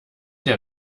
der